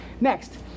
Next